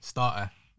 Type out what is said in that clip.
Starter